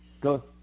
go